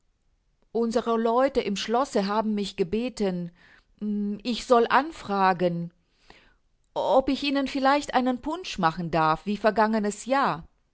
unsere leute im schlosse haben mich gebeten ich soll anfragen ob ich ihnen vielleicht einen punsch machen darf wie vergangenes jahr